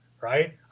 right